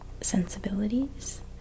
sensibilities